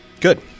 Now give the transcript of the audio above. Good